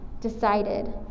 decided